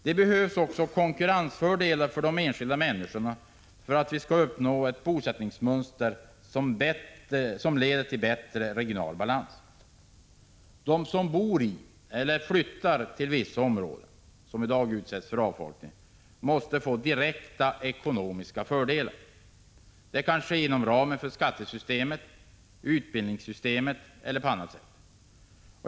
Det behövs också konkurrensfördelar för de enskilda människorna för att vi skall uppnå ett bosättningsmönster som leder till bättre regional balans. De som bor i eller flyttar till vissa områden, som i dag utsätts för avfolkning, måste få direkta ekonomiska fördelar. Det kan ske inom ramen för skattesystemet, genom utbildningspolitiken eller på annat sätt.